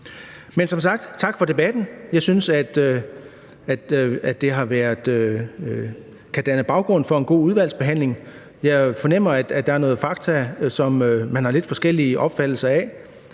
Men som sagt: Tak for debatten. Jeg synes, at den kan danne baggrund for en god udvalgsbehandling. Jeg fornemmer, at der er noget med noget fakta, som man har lidt forskellig opfattelse af,